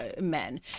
men